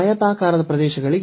ಆಯತಾಕಾರದ ಪ್ರದೇಶಗಳಿಗೆ